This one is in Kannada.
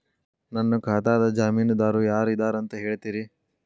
ನನ್ನ ಖಾತಾದ್ದ ಜಾಮೇನದಾರು ಯಾರ ಇದಾರಂತ್ ಹೇಳ್ತೇರಿ?